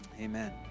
Amen